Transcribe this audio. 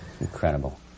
Incredible